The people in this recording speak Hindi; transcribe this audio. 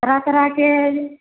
तरह तरह के